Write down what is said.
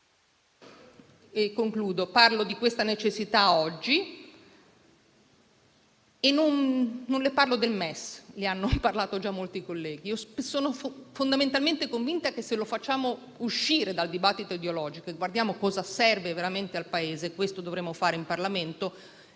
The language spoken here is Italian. sanitario. Parlo di questa necessità oggi e non le parlo del MES, di cui hanno parlato già molti colleghi. Sono fondamentalmente convinta che se lo facciamo uscire dal dibattito ideologico e guardiamo cosa serve veramente al Paese (questo dovremmo fare in Parlamento)